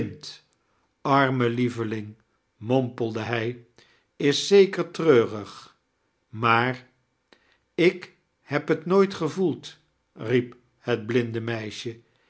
airme lieveling mompelde hij is zeker treurig maar ik heb het nooit gevoeld riep het blinde meisje